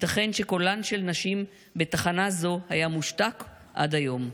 ייתכן שקולן של נשים בתחנה זו היה מושתק עד היום.